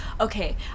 okay